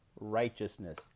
righteousness